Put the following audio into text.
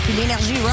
l'énergie